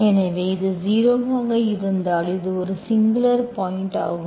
எனவே இது ஜீரோ ஆக இருந்தால் இது ஒரு சிங்குலார் பாயிண்ட் ஆகும்